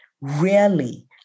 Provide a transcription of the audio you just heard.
Rarely